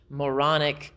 moronic